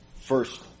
first